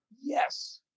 Yes